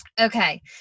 Okay